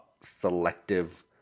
selective